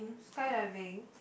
skydiving